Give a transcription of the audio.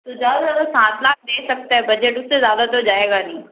तो ज़्यादा से ज़्यादा सात लाख दे सकता है बजट उस से ज़्यादा तो जाएगा नहीं